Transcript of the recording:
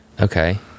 Okay